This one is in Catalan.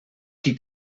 qui